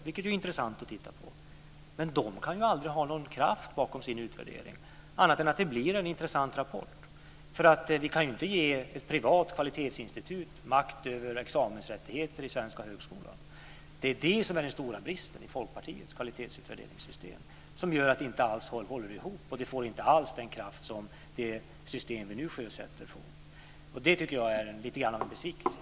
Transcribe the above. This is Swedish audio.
Det är ju intressant att titta på, men de kan aldrig ha någon kraft bakom sin utvärdering annat än att det blir en intressant rapport. Vi kan ju inte ge ett privat kvalitetsinstitut makt över examensrättigheter i den svenska högskolan. Det är det som är den stora bristen i Folkpartiets kvalitetsutvärderingssystem och som gör att det inte alls håller ihop och inte alls får den kraft som det system vi nu sjösätter får. Det tycker jag är lite grann av en besvikelse.